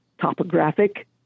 topographic